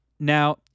Now